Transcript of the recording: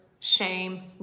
Shame